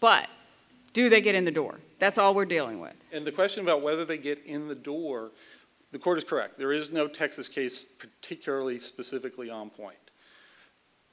but do they get in the door that's all we're dealing with and the question about whether they get in the door the court is correct there is no texas case particularly specifically on point